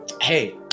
Hey